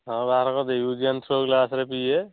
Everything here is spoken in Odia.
ହଁ ବାହାର କରିଦେ ୟୁଜ୍ ଆଣ୍ଡ୍ ଥ୍ରୋ ଗ୍ଲାସ୍ରେ ପିଇବେ